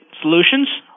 solutions